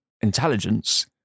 intelligence